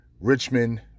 Richmond